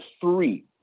three